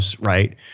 right